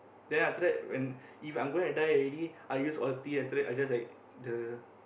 then after when If I going to die already I use ulti after that I just like the